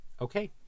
Okay